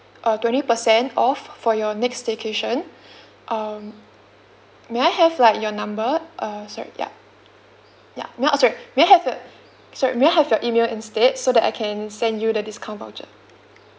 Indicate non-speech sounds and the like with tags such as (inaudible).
a twenty percent off for your next staycation (breath) um may I have like your number uh sorry yup yup no sorry may I have your sorry may I have your email instead so that I can send you the discount voucher